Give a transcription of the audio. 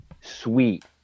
sweet